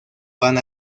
van